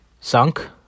Sunk